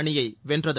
அணியை வென்றது